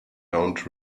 don’t